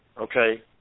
okay